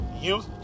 youth